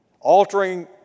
altering